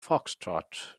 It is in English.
foxtrot